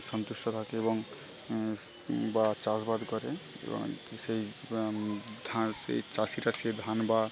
সন্তুষ্ট থাকে এবং বা চাষবাস করে এবং কৃষি হিসাবে ধান সেই চাষিরা সেই ধান বা